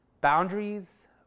Boundaries